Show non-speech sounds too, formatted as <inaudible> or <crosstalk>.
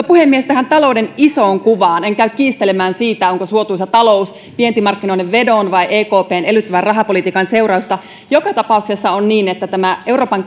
<unintelligible> puhemies talouden isoon kuvaan en käy kiistelemään siitä onko suotuisa talous vientimarkkinoiden vedon vai ekpn elvyttävän rahapolitiikan seurausta joka tapauksessa on niin että tämä euroopan <unintelligible>